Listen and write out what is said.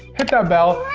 hit that bell.